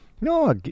No